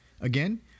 Again